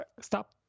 stop